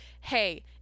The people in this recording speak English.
hey